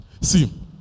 See